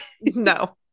No